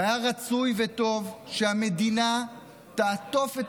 והיה רצוי וטוב שהמדינה תעטוף את